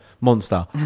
Monster